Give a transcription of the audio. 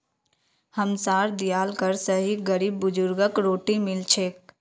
हमसार दियाल कर स ही गरीब बुजुर्गक रोटी मिल छेक